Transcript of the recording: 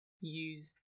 use